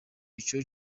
ico